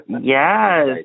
Yes